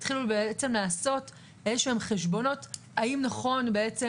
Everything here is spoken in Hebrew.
התחילו בעצם לעשות איזה שהם חשבונות האם נכון בעצם